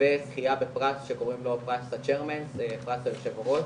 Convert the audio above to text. וזכייה בפרס שקוראים לו פרס היושב ראש,